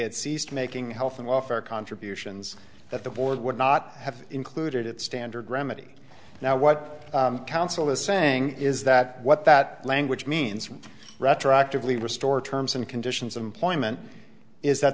had ceased making health and welfare contributions that the board would not have included it standard remedy now what counsel is saying is that what that language means retroactively restore terms and conditions of employment is that